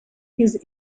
his